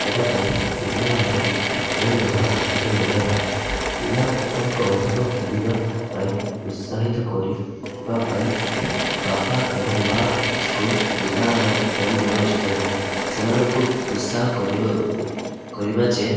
ସେଟା ପାଇଁ ପିଲାମାନଙ୍କୁ ଫୋନ ଦେବା ଉଚିତ ନୁହେଁ ପିଲାମାନଙ୍କ ଅର୍ଧକ ଖେଲିବା ପାଇଁ ଉତ୍ସାହିତ କରିବା ପାଇଁ ବାପା ଏବଂ ମାଙ୍କୁ ପିଲାମାନଙ୍କୁ ଫୋନ ଦେବା ଉଚିତ ନାହିଁ ସେମାନଙ୍କୁ ଉତ୍ସାହ କରିବା କରିବା ଯେ